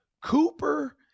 cooper